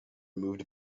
moved